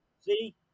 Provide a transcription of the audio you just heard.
see